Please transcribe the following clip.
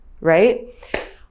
right